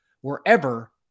wherever